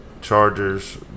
Chargers